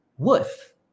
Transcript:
Worth